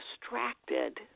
distracted